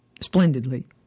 splendidly